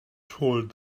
told